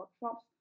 workshops